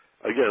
again